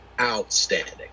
outstanding